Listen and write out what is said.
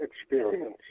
experience